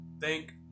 Thank